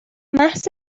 محض